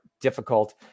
difficult